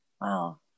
Wow